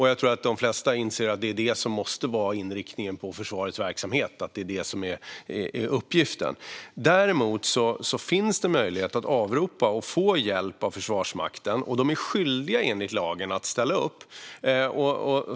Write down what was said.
Jag tror att de flesta inser att det är detta som måste vara inriktningen på försvarets verksamhet och att det är detta som är uppgiften. Däremot finns det möjlighet att avropa och få hjälp av Försvarsmakten, och de är skyldiga enligt lagen att ställa upp.